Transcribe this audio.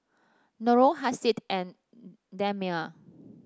Nurul Hasif and Damia